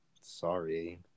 Sorry